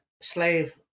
slave